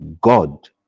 God